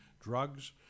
drugs